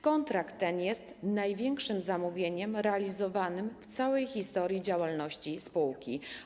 Kontrakt ten jest największym zamówieniem realizowanym w całej historii działalności spółki.